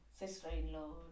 sister-in-law